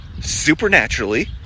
supernaturally